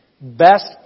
best